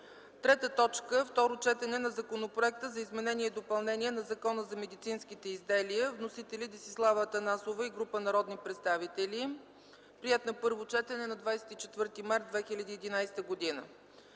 медии.) 3. Второ четене на Законопроект за изменение и допълнение на Закона за медицинските изделия. (Вносители: Десислава Атанасова и група народни представители. Приет на първо четене на 24 март 2011 г.) 4.